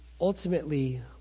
ultimately